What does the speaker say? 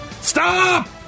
Stop